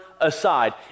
aside